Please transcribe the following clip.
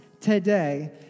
today